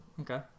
Okay